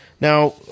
Now